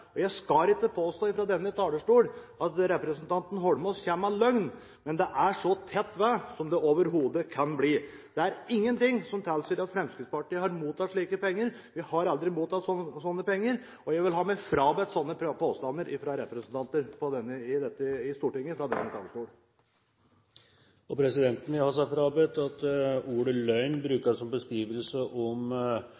sannhet. Jeg skal ikke påstå fra denne talerstol at representanten Holmås kommer med løgn, men det er så tett ved som det overhodet kan bli. Det er ingenting som tilsier at Fremskrittspartiet har mottatt slike penger. Vi har aldri mottatt slike penger, og jeg vil ha meg frabedt slike påstander fra representanter i Stortinget fra denne talerstol. Presidenten vil ha seg frabedt at ordet